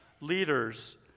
leaders